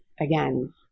again